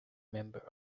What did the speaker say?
member